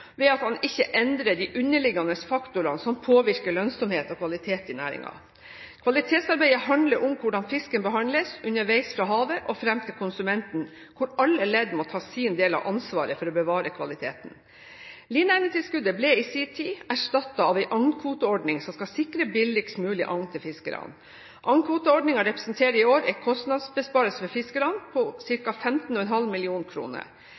ved at man ikke endrer de underliggende faktorene som påvirker lønnsomhet og kvalitet i næringen. Kvalitetsarbeidet handler om hvordan fisken behandles underveis fra havet og fram til konsumenten, hvor alle ledd må ta sin del av ansvaret for å bevare kvaliteten. Lineegnetilskuddet ble i sin tid erstattet av en agnkvoteordning som skal sikre billigst mulig agn til fiskerne. Agnkvoteordningen representerer i år en kostnadsbesparelse for fiskerne på